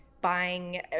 buying